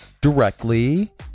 directly